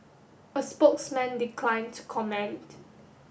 a spokesman declined to comment